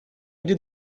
aller